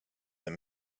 that